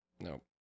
no